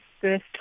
first